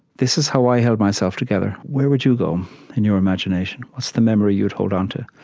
this is how i held myself together, where would you go in your imagination? what's the memory you'd hold onto?